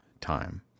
time